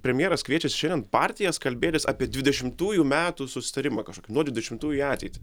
premjeras kviečiasi šiandien partijas kalbėtis apie dvidešimtųjų metų susitarimą kažkokį nuo dvdešimtųjų į ateitį